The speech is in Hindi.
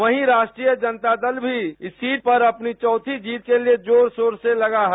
वही राष्ट्रीय जनता दल भी इस सीट पर अपनी चौथी जीत के लिए जोर शोर से लगा है